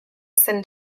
zen